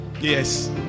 Yes